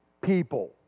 people